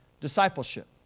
discipleship